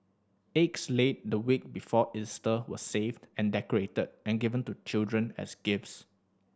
eggs laid the week before Easter were saved and decorated and given to children as gifts